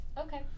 Okay